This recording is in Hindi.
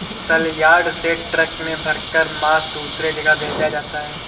सलयार्ड से ट्रक में भरकर मांस दूसरे जगह भेजा जाता है